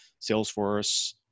Salesforce